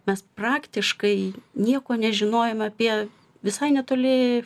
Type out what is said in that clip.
mes praktiškai nieko nežinojom apie visai netoli